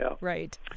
right